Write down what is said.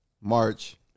March